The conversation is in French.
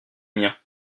mien